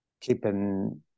keeping